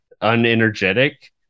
unenergetic